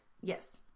Yes